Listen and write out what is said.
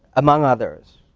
among others,